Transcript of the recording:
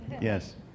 Yes